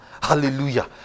Hallelujah